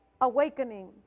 awakening